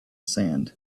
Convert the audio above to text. sand